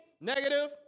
negative